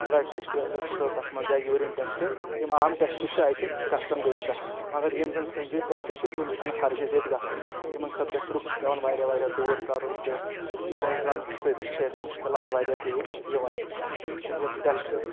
blood test اگر چھُ تَتھ منٛز یا یوٗریٖن ٹٮ۪سٹ یِم عام ٹٮ۪سٹ چھِ اَتہِ گژھان بے شَک مگر یِم زَن سٔنجیٖد ٹٮ۪سٹ چھِ تِم چھِنہٕ ہرگِز ییٚتہِ گژھان یِمَن خٲطرٕ اَسِہ رُخ چھُ پٮ۪وان واریاہ واریاہ دوٗر کَرُن تہٕ یِمو زَن سۭتۍ چھِ أسۍ مُشکلات واریاہ پیش یِوان تہٕ یِم ٹٮ۪سٹ